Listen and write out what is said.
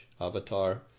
Avatar